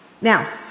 Now